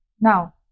Now